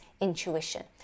intuition